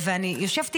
ואני יושבת איתם,